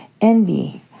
envy